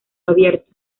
abierta